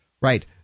Right